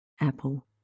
apple